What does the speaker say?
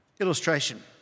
illustration